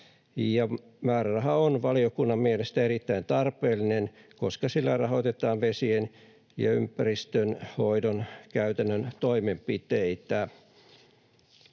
Määräraha on valiokunnan mielestä erittäin tarpeellinen, koska sillä rahoitetaan vesien‑ ja ympäristönhoidon käytännön toimenpiteitä.